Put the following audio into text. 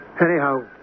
Anyhow